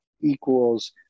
equals